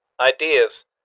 ideas